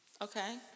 Okay